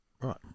right